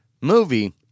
movie